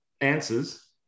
answers